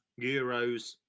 Euros